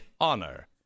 honor